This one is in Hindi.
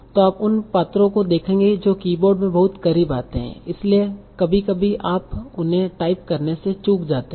तो आप उन पात्रों को देखेंगे जो कीबोर्ड में बहुत करीब आते हैं इसलिए कभी कभी आप उन्हें टाइप करने से चूक जाते हैं